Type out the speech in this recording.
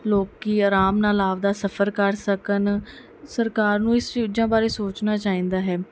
ਲੋਕੀ ਆਰਾਮ ਨਾਲ ਆਪਦਾ ਸਫਰ ਕਰ ਸਕਣ ਸਰਕਾਰ ਨੂੰ ਇਸ ਚੀਜ਼ਾ ਬਾਰੇ ਸੋਚਣਾ ਚਾਹੀਦਾ ਹੈ